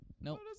No